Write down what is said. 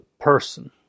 person